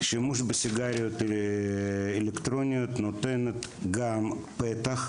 שימוש בסיגריות אלקטרוניות נותן גם פתח,